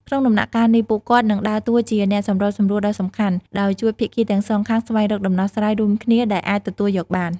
ក្នុងដំណាក់កាលនេះ ពួកគាត់នឹងដើរតួជាអ្នកសម្របសម្រួលដ៏សំខាន់ ដោយជួយភាគីទាំងសងខាងស្វែងរកដំណោះស្រាយរួមគ្នា ដែលអាចទទួលយកបាន។